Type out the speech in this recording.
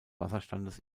wasserstandes